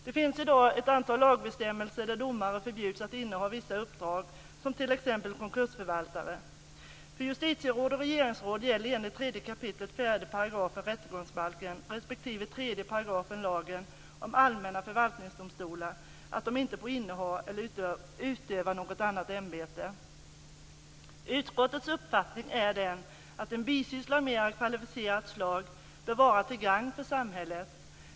Det finns i dag ett antal lagbestämmelser där domare förbjuds att inneha vissa uppdrag, t.ex. konkursförvaltare. Utskottets uppfattning är att en bisyssla av mer kvalificerat slag bör vara till gagn för samhället.